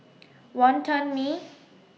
Wonton Mee